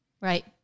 Right